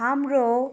हाम्रो